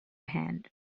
hand